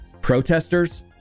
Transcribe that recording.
protesters